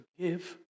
forgive